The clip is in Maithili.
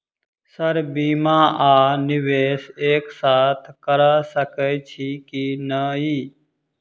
सर बीमा आ निवेश एक साथ करऽ सकै छी की न ई?